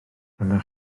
dyma